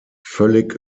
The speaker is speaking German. völlig